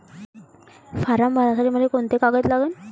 Form भरासाठी मले कोंते कागद लागन?